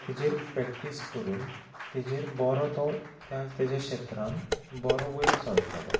ताजेर प्रॅक्टीस कोरून तेजेर बोरो तो त्या ताजे क्षेत्रान बरो वयर सोरतोलो